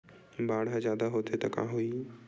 बाढ़ ह जादा होथे त का होही?